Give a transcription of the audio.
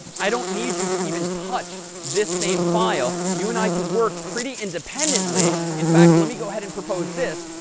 i don't need you to even touch this same file. you and i can work pretty independently. in fact, let me go ahead and propose this.